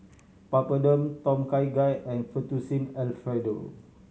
Papadum Tom Kha Gai and Fettuccine Alfredo